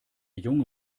junge